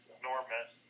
enormous